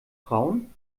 frauen